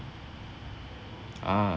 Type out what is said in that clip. ah